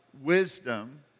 wisdom